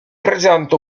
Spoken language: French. présente